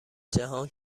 جهان